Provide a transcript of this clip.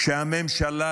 כשהממשלה,